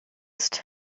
ist